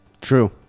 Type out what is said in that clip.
True